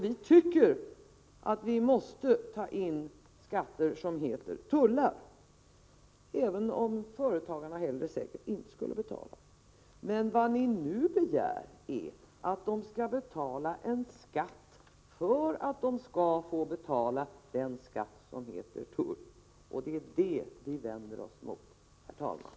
Vi tycker att vi måste ta in skatter som heter tullar, även om företagarna säkert hellre inte skulle betala. Men vad ni nu begär är 139 att de skall betala en skatt för att de skall få betala den skatt som heter tull. Det är det vi vänder oss emot, herr talman.